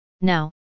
Now